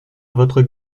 votre